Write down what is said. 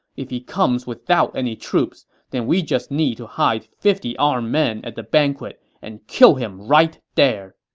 if he comes without any troops, then we just need to hide fifty armed men at the banquet and kill him right there.